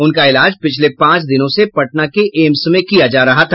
उनका इलाज पिछले पांच दिनों से पटना के एम्स में किया जा रहा था